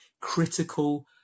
critical